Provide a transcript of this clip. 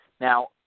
Now